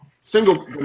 single